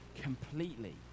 completely